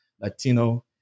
Latino